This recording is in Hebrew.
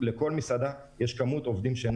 שיש להם אחריות, בכל מסעדה יש 15 100 עובדים.